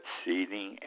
seating